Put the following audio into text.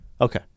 Okay